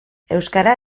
euskara